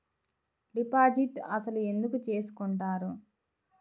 Deposit అసలు ఎందుకు చేసుకుంటారు?